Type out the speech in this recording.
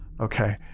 Okay